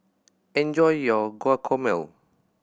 enjoy your Guacamole